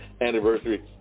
anniversary